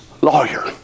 lawyer